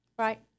Right